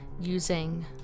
using